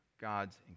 God's